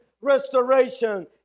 restoration